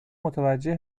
متوجه